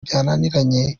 byananiranye